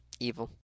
evil